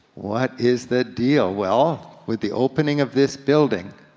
what is the deal? well, with the opening of this building,